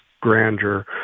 grandeur